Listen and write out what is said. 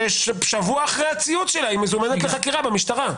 ושבוע אחרי הציוץ שלה היא מזומנת לחקירה במשטרה.